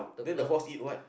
then the horse eat what